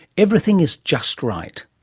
everything is just right.